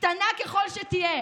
קטנה ככל שתהיה,